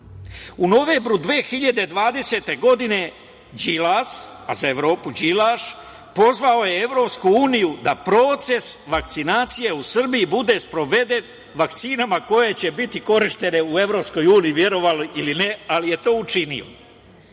U novembru 2020. godine Đilas, a za Evropu Đilaš pozvao je EU da proces vakcinacije u Srbiji bude sproveden vakcinama koje će biti korišćene u EU, verovali ili ne ali je to